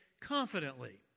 confidently